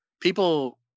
People